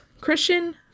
christian